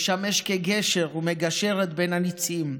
לשמש גשר ומגשרת בין הניצים,